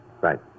Right